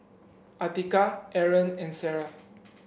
Atiqah Aaron and Sarah